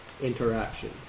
interaction